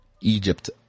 Egypt